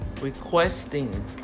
requesting